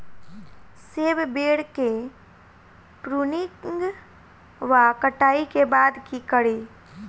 सेब बेर केँ प्रूनिंग वा कटाई केँ बाद की करि?